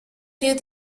rio